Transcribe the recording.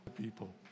people